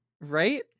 right